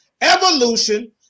evolution